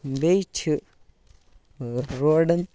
بیٚیہِ چھِ روڑن